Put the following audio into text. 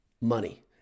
Money